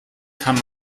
kann